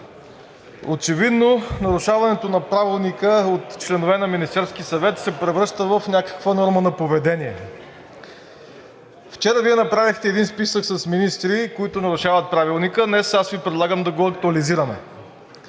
Очевидно нарушаването на Правилника от членове на Министерския съвет се превръща в някаква норма на поведение. Вчера Вие направихте един списък с министри, които нарушават Правилника, днес аз Ви предлагам да го актуализираме.